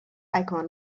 icon